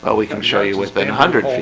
ah we can show you what's been hundreds